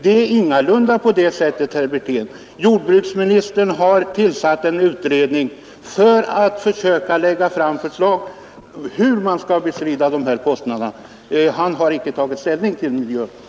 Det är ingalunda på det sättet, herr Wirtén. Jordbruksministern har tillsatt en utredning som skall lägga fram förslag till hur man skall bestrida dessa kostnader. Han har icke tagit ställning till miljövårdsavgifterna.